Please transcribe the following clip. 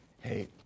Hey